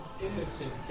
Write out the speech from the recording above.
innocent